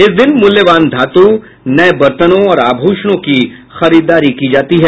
इस दिन मूल्यवान धातु नए बर्तनों और आभूषणों की खरीदारी की जाती है